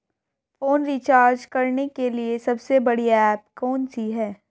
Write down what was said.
Phone recharge करने के लिए सबसे बढ़िया ऐप कौन सी है?